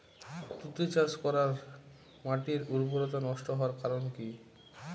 তুতে চাষ করাই মাটির উর্বরতা নষ্ট হওয়ার কারণ কি?